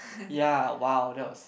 ya !wow! that was